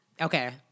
Okay